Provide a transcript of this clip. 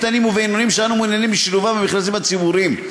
קטנים ובינוניים שאנו מעוניינים בשילובם במכרזים הציבוריים?